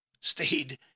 stayed